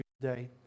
today